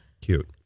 cute